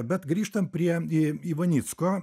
bet grįžtam prie e ivanicko